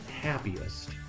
happiest